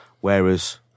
Whereas